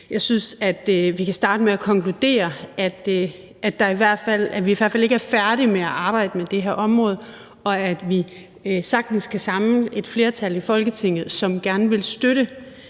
Jeg synes, at vi kan starte med at konkludere, at vi i hvert fald ikke er færdige med at arbejde med det her område, og at vi sagtens kan samle et flertal i Folketinget, som gerne vil støtte